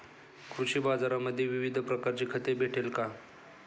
कृषी बाजारांमध्ये विविध प्रकारची खते भेटेल का?